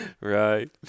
Right